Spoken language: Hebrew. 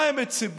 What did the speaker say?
למה הם ציפו,